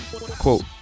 quote